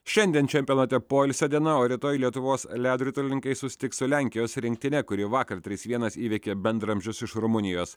šiandien čempionate poilsio diena o rytoj lietuvos ledo ritulininkai susitiks su lenkijos rinktine kuri vakar trys vienas įveikė bendraamžius iš rumunijos